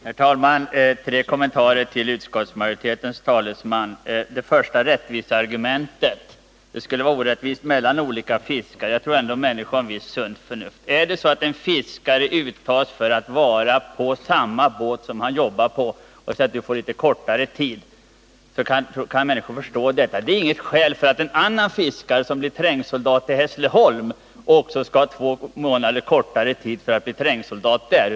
Herr talman! Tre kommentarer till utskottsmajoritetens talesman. Det första argumentet var att det skulle våra en orättvisa mellan olika fiskare. Jag tror ändå att människor har ett sunt förnuft. Om en fiskare uttas i krig att vara på samma båt där han jobbar i vanliga fall och får litet kortare utbildningstid, kan människor förstå detta. Men det är inget skäl för att en annan fiskare, som kanske blir trängsoldat i Hässleholm, också skall ha två månader kortare utbildningstid som trängsoldat där.